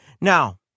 Now